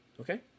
Okay